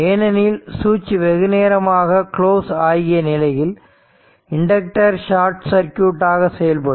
ஏனெனில் சுவிட்ச் வெகுநேரமாக குளோஸ் ஆகிய நிலையில் இண்டக்டர் ஷார்ட் சர்க்யூட் ஆக செயல்படும்